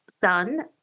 son